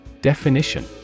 Definition